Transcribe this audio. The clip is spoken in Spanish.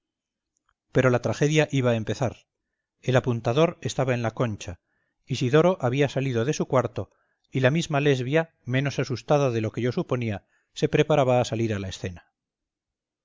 pero la tragedia iba a empezar el apuntador estaba en la concha isidoro había salido de su cuarto y la misma lesbia menos asustada de lo que yo suponía se preparaba a salir a la escena